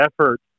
effort